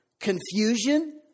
confusion